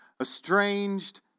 estranged